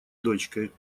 дочкой